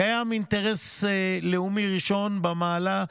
קיים אינטרס לאומי ראשון במעלה,